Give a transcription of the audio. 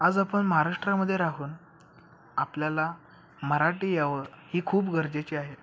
आज आपण महाराष्ट्रामध्ये राहून आपल्याला मराठी यावं ही खूप गरजेची आहे